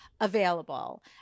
available